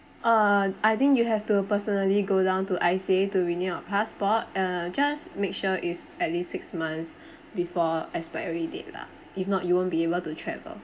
uh I think you have to personally go down to I_C_A to renew your passport uh just make sure is at least six months before expiry date lah if not you won't be able to travel